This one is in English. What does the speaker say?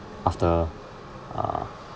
after uh